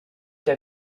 der